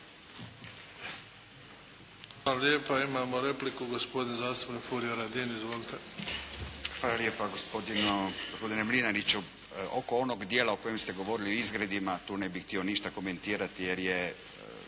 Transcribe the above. Hvala lijepa. Imamo repliku gospodin zastupnik Furio Radin. Izvolite. **Radin, Furio (Nezavisni)** Hvala lijepa. Gospodine Mlinariću, oko onog dijela u kojem ste govorili o izgredima tu ne bih htio ništa komentirati jer je